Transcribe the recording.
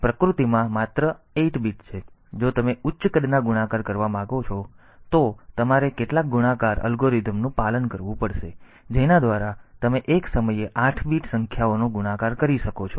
તેથી જો તમે ઉચ્ચ કદના ગુણાકાર કરવા માંગો હોવ તો તમારે કેટલાક ગુણાકાર અલ્ગોરિધમનું પાલન કરવું પડશે જેના દ્વારા તમે એક સમયે 8 બીટ સંખ્યાઓનો ગુણાકાર કરી શકો છો